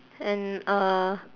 and uh